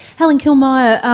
helen killmier,